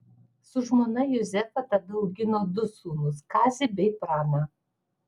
su žmona juzefa tada augino du sūnus kazį bei praną